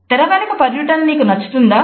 తెరవెనుక పర్యటన నీకు నచ్చుతుందా